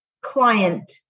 client